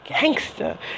gangster